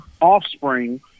offspring